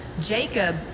Jacob